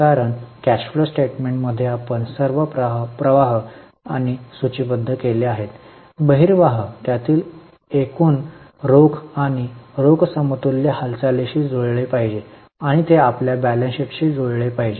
कारण cash flow स्टेटमेंटमध्ये आपण सर्व प्रवाह आणि सूचीबद्ध केले आहेत बहिर्वाह त्यातील एकूण एकूण रोख आणि रोख समतुल्य हालचालीशी जुळले पाहिजे आणि ते आपल्या बॅलन्स शीटशी जुळले पाहिजे